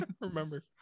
Remember